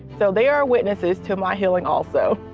so they are witnesses to my healing also.